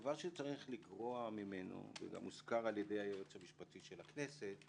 - הדבר שצריך לגרוע ממנו וגם הוזכר על-ידי היועץ המשפטי של הכנסת,